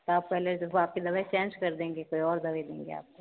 आप पहले देखो आपकी दवाई चेंज कर देंगे कोई और दवाई देंगे आपको